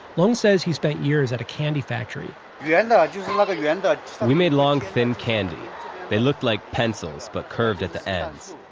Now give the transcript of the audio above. long says he spent years at a candy factory yeah and yeah and we made long, thin candy they looked like pencils, but curved at the ends,